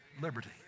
Liberty